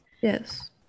yes